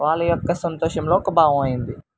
వాళ్ళ యొక్క సంతోషంలో ఒక భాగమైంది